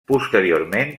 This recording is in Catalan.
posteriorment